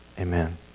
Amen